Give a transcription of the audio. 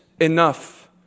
enough